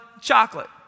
chocolate